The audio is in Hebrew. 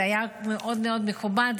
זה היה מאוד מאוד מכובד.